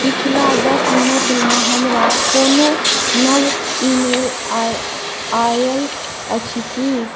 पिछला दस मिनटमे हमरा कोनो नव ईमेल आयल अछि की